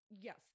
yes